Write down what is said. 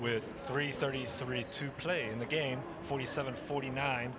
with three thirty three to play in the game forty seven forty nine